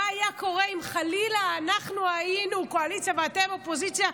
מה היה קורה אם חלילה אנחנו היינו קואליציה ואתם אופוזיציה.